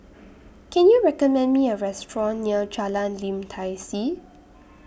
Can YOU recommend Me A Restaurant near Jalan Lim Tai See